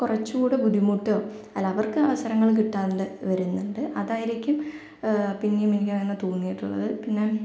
കുറച്ചൂടെ ബുദ്ധിമുട്ടും അല്ല അവർക്ക് അവസരങ്ങൾ കിട്ടാണ്ട് വരുന്നുണ്ട് അതായിരിക്കും പിന്നെയും എനിക്കങ്ങനെ തോന്നിയിട്ടുള്ളത് പിന്നെ